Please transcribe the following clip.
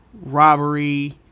robbery